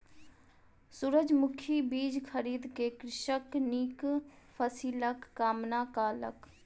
सूरजमुखी बीज खरीद क कृषक नीक फसिलक कामना कयलक